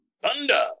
Thunder